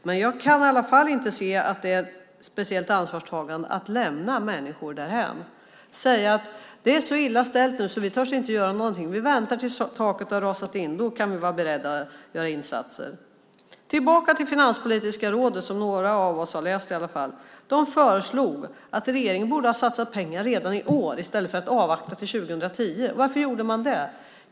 Men jag kan i alla fall inte se att det är speciellt ansvarstagande att lämna människor därhän och säga: Det är så illa ställt nu, så vi törs inte göra någonting. Vi väntar tills taket har rasat ned. Då kan vi vara beredda att göra insatser. Tillbaka till förslaget från Finanspolitiska rådet, som i alla fall några av oss har läst. De säger att regeringen borde ha satsat pengar redan i år i stället för att avvakta till 2010. Varför säger man det?